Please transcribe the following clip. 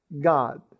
God